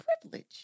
privilege